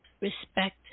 respect